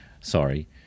Sorry